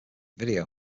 video